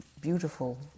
beautiful